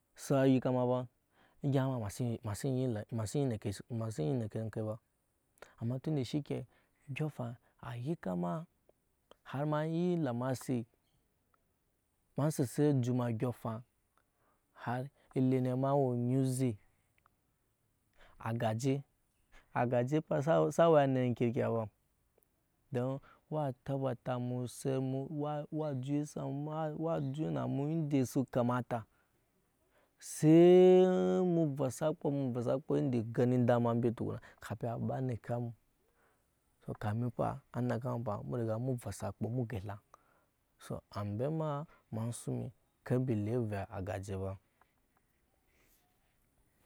Sa yika ema ba ema si nyi neke enke ba amma tunde shike odyɔŋ afaŋ a yika ema har ema nyi lamasi ema sese ejut ema odyɔŋ har ile ne ema owe onyi eze gaj agaje sai we anit enkrki afa don wa tabata mu set wa juwe na emu vɔsa akpo mu vɔsa akpo ende gani dama embe tukuna kamin aba neka emu kami fa aba neka emu pa mu gelay so ambe ema ema suŋ emi ker embi lee ovɛɛ agaje ba.